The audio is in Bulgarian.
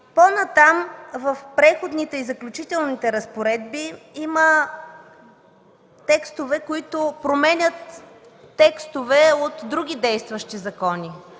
По-нататък, в Преходните и заключителните разпоредби има текстове, които променят текстове от други действащи закони.